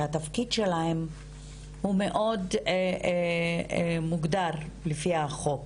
שהתפקיד שלהן הוא מאוד מוגדר על פי החוק,